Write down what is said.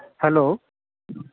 hello